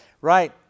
Right